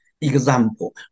Example